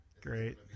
Great